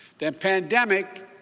the and pandemic,